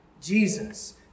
Jesus